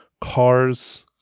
cars